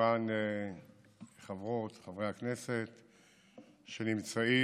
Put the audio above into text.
וכמובן חברות וחברי הכנסת שנמצאים,